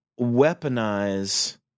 weaponize